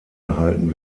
gehalten